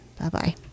Bye-bye